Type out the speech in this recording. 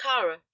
kara